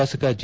ಶಾಸಕ ಜಿ